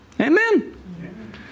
Amen